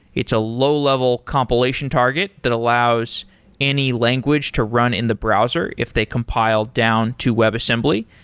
it's a low-level compilation target that allows any language to run in the browser if they compile down to webassembly.